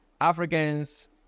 Africans